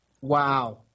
Wow